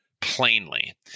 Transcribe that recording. plainly